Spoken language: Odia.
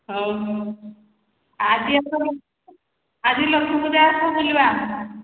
ହଉ ଆଜି ଆସ ଆଜି ଲକ୍ଷ୍ମୀପୂଜା ଆସ ବୁଲିବା